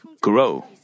grow